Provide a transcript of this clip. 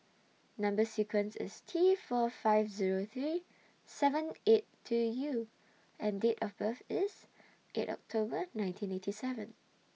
Number sequence IS T four five Zero three seven eight two U and Date of birth IS eight October nineteen eighty seven